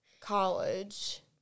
college